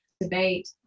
debate